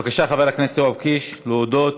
בבקשה, חבר הכנסת יואב קיש, להודות.